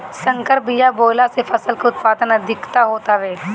संकर बिया बोअला से फसल के उत्पादन अधिका होत हवे